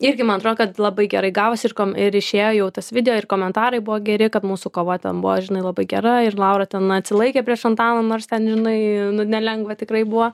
irgi man atrodo kad labai gerai gauvosi ir kom ir išėjo jau tas video ir komentarai buvo geri kad mūsų kova ten buvo žinai labai gera ir laura ten atsilaikė prieš antaną nors ten žinai nelengva tikrai buvo